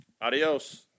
Adios